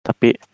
tapi